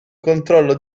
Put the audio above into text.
controllo